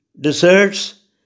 deserts